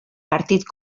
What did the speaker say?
partit